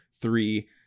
three